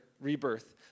rebirth